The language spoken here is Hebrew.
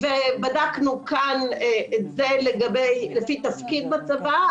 בדקנו כאן לפי תפקיד בצבא.